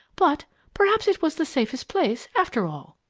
but perhaps it was the safest place, after all!